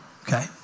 okay